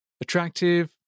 Attractive